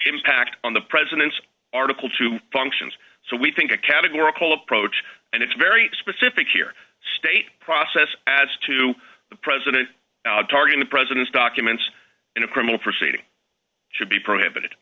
impact on the president's article two functions so we think a categorical approach and it's very specific here state process as to the president targeting the president's documents in a criminal proceeding should be prohibited